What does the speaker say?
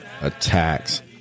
attacks